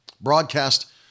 broadcast